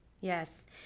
yes